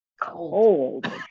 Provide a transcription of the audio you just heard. cold